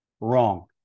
Wrong